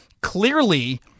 Clearly